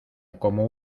como